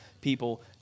people